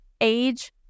age